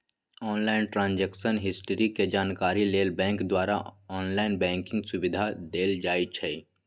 online transaction history के जानकारी लेल बैंक द्वारा ऑनलाइन बैंकिंग सुविधा देल जाइ छइ